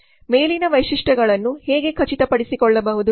ಮೇಲಿನ ವೈಶಿಷ್ಟ್ಯಗಳನ್ನು ಹೇಗೆ ಖಚಿತಪಡಿಸಿಕೊಳ್ಳಬಹುದು